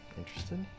interested